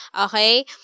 Okay